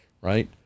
right